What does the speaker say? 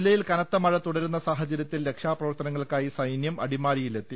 ജില്ലയിൽ കനത്ത മഴ തുടരുന്ന സാഹചര്യത്തിൽ രക്ഷാപ്ര വർത്തനങ്ങൾക്കായി സൈന്യം അടിമാലിയിൽ എത്തി